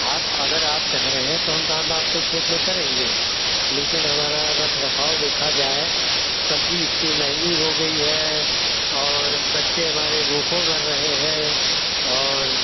आप अगर आप कहे रहे हैं तो हम काम आपके खेत में करेंगे लेकिन हमारा रख रखाव देखा जाए सब्जी इत्ती महंगी हो गई है और बच्चे हमारे भूखों मर रहे हैं और